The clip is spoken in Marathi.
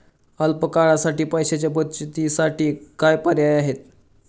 अल्प काळासाठी पैशाच्या बचतीसाठी काय पर्याय आहेत?